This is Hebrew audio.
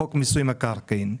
בחוק מיסוי מקרקעין.